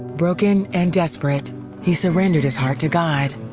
broken and desperate he surrendered his heart to god.